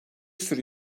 sürü